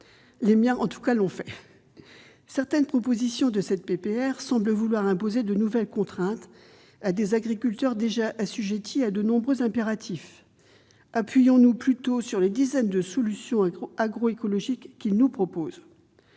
Certaines préconisations de cette proposition de résolution semblent de nature à imposer de nouvelles contraintes à des agriculteurs déjà assujettis à de nombreux impératifs. Appuyons-nous plutôt sur les dizaines de solutions agroécologiques qu'ils nous proposent